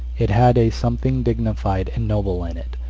it had a something dignified and noble in it,